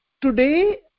today